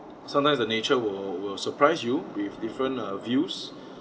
sometimes the nature will will surprise you with different uh views